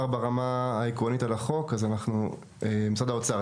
ברמה העקרונית על החוק משרד האוצר,